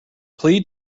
plead